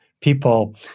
people